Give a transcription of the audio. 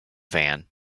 van